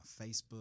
Facebook